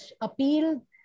appealed